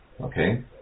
okay